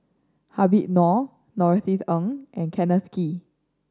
Habib Noh Norothy Ng and Kenneth Kee